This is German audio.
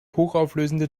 hochauflösende